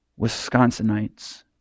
Wisconsinites